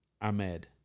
Ahmed